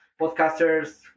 podcasters